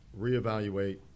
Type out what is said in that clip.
reevaluate